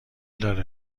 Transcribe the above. داره